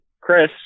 Chris